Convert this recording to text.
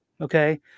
Okay